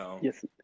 Yes